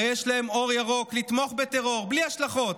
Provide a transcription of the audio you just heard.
הרי יש להם אור ירוק לתמוך בטרור בלי השלכות,